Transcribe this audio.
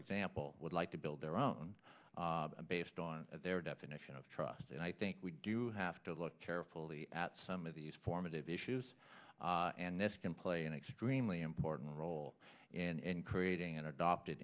example would like to build their own based on their definition of trust and i think we do have to look carol at some of these formative issues and this can play an extremely important role in creating an adopted